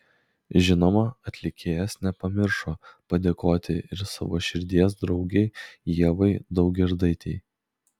žinoma atlikėjas nepamiršo padėkoti ir savo širdies draugei ievai daugirdaitei